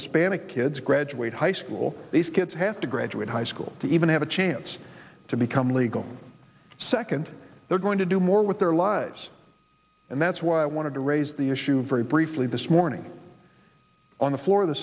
hispanic kids graduate high school these kids have to graduate high school to even have a chance to become legal second they're going to do more with their lives and that's why i wanted to raise the issue very briefly this morning on the floor of the